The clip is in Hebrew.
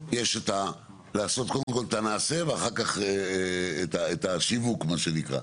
יש לעשות קודם כל הנעשה ואחר כך את השיווק מה שנקרא.